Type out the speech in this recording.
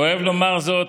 כואב לומר זאת,